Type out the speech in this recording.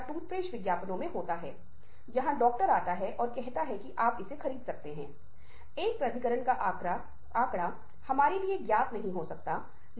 क्योंकि ऐसा क्या होता है कि हमारा व्यवहार हमारी सहभागिता दूसरों के प्रति हमारी भावना बहुत अक्सर अवचेतन रूप से हम क्या सुनते हैं उसपर निर्धारित होती है कि